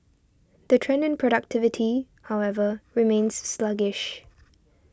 the trend in productivity however remains sluggish